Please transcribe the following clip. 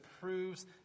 proves